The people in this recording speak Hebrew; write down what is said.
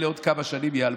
אלה עוד כמה שנים ייעלמו.